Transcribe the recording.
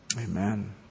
Amen